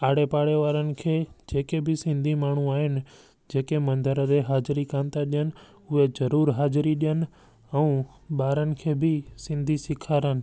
आड़े पाड़े वारनि खे जेके बि सिंधी माण्हू आहिनि जेके मंदर ते हाज़िरी कोन थ ॾियनि उहे ज़रूरु हाज़िरी ॾियन ऐं ॿारनि खे बि सिंधी सेखारनि